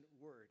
word